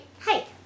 hi